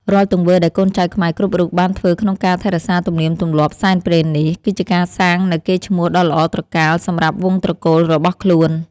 រាល់ទង្វើដែលកូនចៅខ្មែរគ្រប់រូបបានធ្វើក្នុងការថែរក្សាទំនៀមទម្លាប់សែនព្រេននេះ គឺជាការសាងនូវកេរ្តិ៍ឈ្មោះដ៏ល្អត្រកាលសម្រាប់វង្សត្រកូលរបស់ខ្លួន។